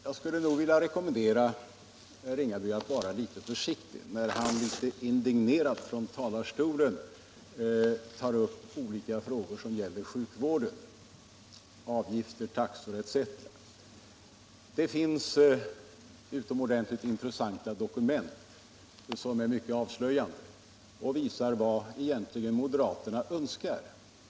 Jag skulle vilja rekommendera herr Ringaby att vara litet försiktig när han indignerad från talarstolen tar upp olika frågor som gäller sjukvård, taxor etc. Det finns utomordentligt intressanta dokument, som är mycket avslöjande. De visar vad moderaterna egentligen önskar.